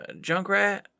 Junkrat